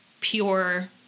pure